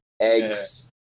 eggs